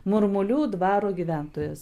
muemulių dvaro gyventojas